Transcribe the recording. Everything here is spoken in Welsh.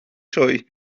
sioe